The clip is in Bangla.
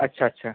আচ্ছা আচ্ছা